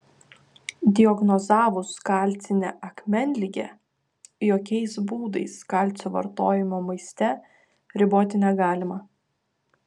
diagnozavus kalcinę akmenligę jokiais būdais kalcio vartojimo maiste riboti negalima